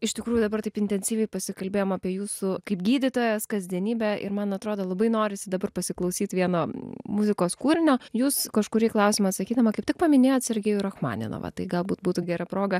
iš tikrųjų dabar taip intensyviai pasikalbėjom apie jūsų kaip gydytojas kasdienybę ir man atrodo labai norisi dabar pasiklausyt vienam muzikos kūrinio jūs kažkurį klausimą atsakydama kaip tik paminėjot sergejų rachmaninovą tai galbūt būtų gera proga